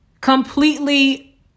Completely